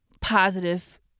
positive